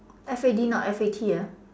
F A D not F A T uh